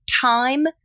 time